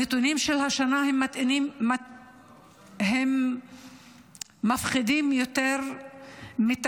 הנתונים של השנה הם נתונים מפחידים יותר מתמיד.